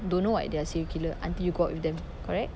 don't know what they are serial killer until you go out with them correct